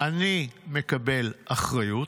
"אני מקבל אחריות"